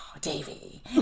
Davy